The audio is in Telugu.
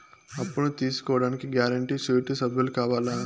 అప్పును తీసుకోడానికి గ్యారంటీ, షూరిటీ సభ్యులు కావాలా?